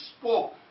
spoke